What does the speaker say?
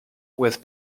with